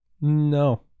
No